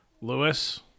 Lewis